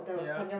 yup